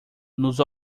nos